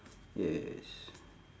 yes